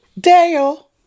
Dale